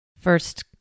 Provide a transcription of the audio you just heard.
first